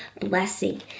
blessing